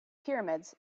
pyramids